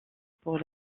pour